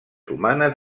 humanes